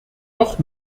doch